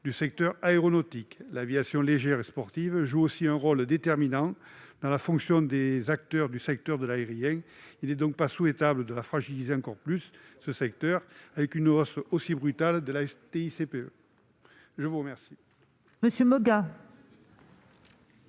du secteur aéronautique. L'aviation légère et sportive joue aussi un rôle déterminant dans la formation des acteurs du secteur de l'aérien. Il n'est donc pas souhaitable de la fragiliser encore plus avec une hausse aussi brutale de la TICPE. La parole